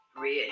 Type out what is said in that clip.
Red